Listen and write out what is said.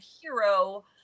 hero